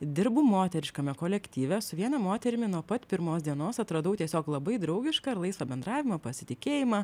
dirbu moteriškame kolektyve su viena moterimi nuo pat pirmos dienos atradau tiesiog labai draugišką ir laisvą bendravimą pasitikėjimą